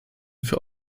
für